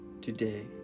today